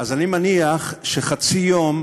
אז אני מניח שחצי יום